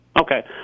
Okay